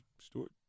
Stewart